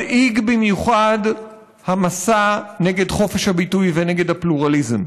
מדאיג במיוחד המסע נגד חופש הביטוי ונגד הפלורליזם.